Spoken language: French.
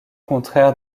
contraire